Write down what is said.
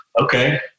okay